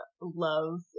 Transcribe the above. love